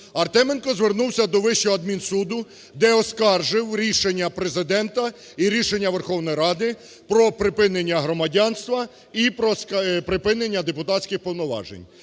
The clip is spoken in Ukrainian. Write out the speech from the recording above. Артеменко звернувся до Вищого адмінсуду, де оскаржив рішення Президента і рішення Верховної Ради про припинення громадянства і про припинення депутатських повноважень.